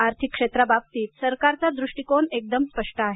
आर्थिक क्षेत्राबाबतीत सरकारचा दृष्टीकोन एकदम स्पष्ट आहे